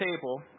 table